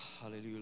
hallelujah